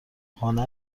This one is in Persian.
خانه